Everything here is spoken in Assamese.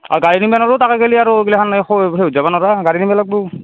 আৰু গাড়ী নিব নোৱাৰোঁ তাতে গ'লে আৰু এইগিলাখান আৰু সৰু যাব নোৱাৰা গাড়ী নিব লাগিব